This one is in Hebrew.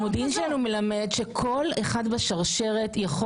המודיעין שלנו מלמד שכל אחד בשרשרת הזאת יכול